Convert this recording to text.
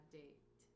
date